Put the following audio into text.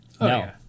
No